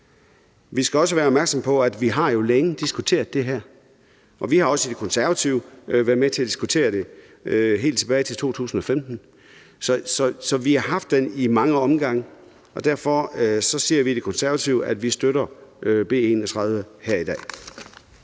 Vi skal jo også være opmærksomme på, at vi længe har diskuteret det her, og vi har også hos De Konservative været med til at diskutere det helt tilbage til 2015. Så vi har haft det i mange omgange, og derfor siger vi hos De Konservative, at vi støtter B 31 her i dag.